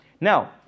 Now